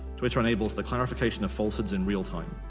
twitter enables the clarification of falsehoods in real time.